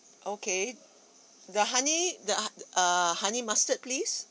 okay the honey the hon err honey mustard please